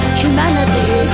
humanity